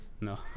No